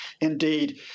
Indeed